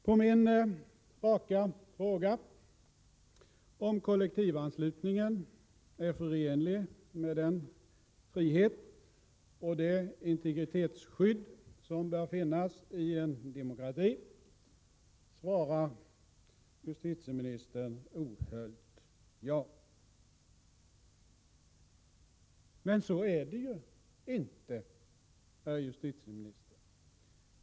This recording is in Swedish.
På min raka fråga om kollektivanslutningen är förenlig med den frihet och de integritetsskydd som bör finnas i en demokrati, svarar justitieministern ohöljt ja. Men så är det inte, herr justitieminister.